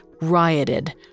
rioted